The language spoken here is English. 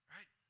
Right